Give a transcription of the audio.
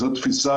זו תפיסה,